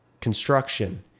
construction